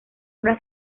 una